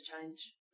change